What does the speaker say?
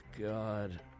God